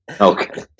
okay